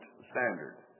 standard